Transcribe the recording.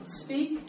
speak